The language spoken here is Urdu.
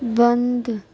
بند